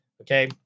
Okay